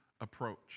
approach